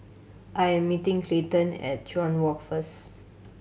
I am meeting Clayton at Chuan Walk first